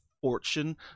fortune